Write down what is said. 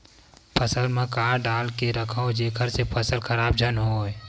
फसल म का डाल के रखव जेखर से फसल खराब झन हो?